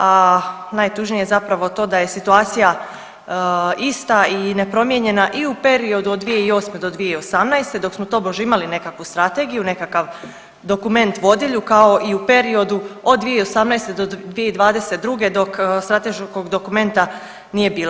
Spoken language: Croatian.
A najtužnije je zapravo to da je situacija ista i nepromijenjena i u periodu od 2008. do 2018. dok smo tobože imali nekakvu strategiju, nekakav dokument vodilju kao i u periodu od 2018. do 2022. dok strateškog dokumenta nije bilo.